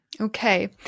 Okay